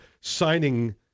signing